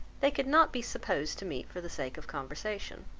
they could not be supposed to meet for the sake of conversation.